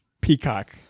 Peacock